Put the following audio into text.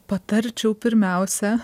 patarčiau pirmiausia